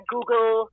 Google